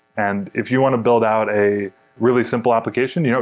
and if you want to build out a really simple application, you know